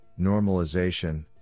normalization